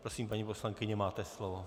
Prosím, paní poslankyně, máte slovo.